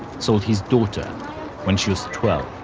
sold his daughter when she was twelve.